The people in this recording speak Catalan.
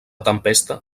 tempesta